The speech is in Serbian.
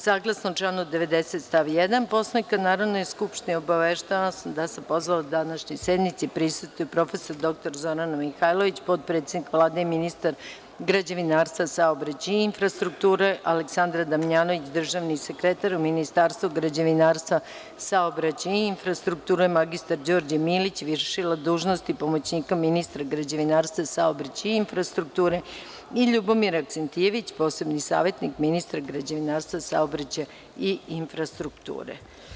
Saglasno članu 90. stav 1. Poslovnika Narodne skupštine obaveštavam vas da sam pozvala da današnjoj sednici prisustvuju prof. dr Zorana Mihajlović, potpredsednik Vlade i ministar građevinarstva, saobraćaja i infrastrukture, Aleksandra Damljanović, državni sekretar u Ministarstvu građevinarstva, saobraćaja i infrastrukture, mr Đorđe Milić, vršilac dužnosti pomoćnika ministra građevinarstva, saobraćaja i infrastrukture i Ljubomir Aksentijević, posebni savetnik ministra građevinarstva, saobraćaja i infrastrukture.